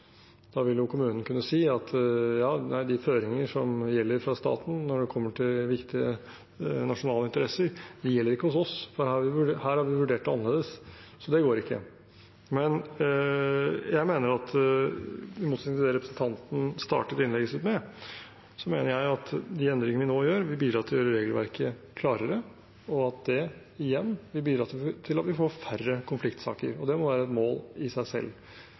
Da vil jo kommunen kunne si at nei, de føringer som gjelder fra staten når det gjelder viktige nasjonale interesser, gjelder ikke hos oss, for her har vi vurdert det annerledes. Det går ikke. I motsetning til det representanten startet innlegget sitt med, mener jeg at de endringene vi nå gjør, vil bidra til å gjøre regelverket klarere, og at det igjen vil bidra til at vi får færre konfliktsaker. Det må være et mål i seg selv.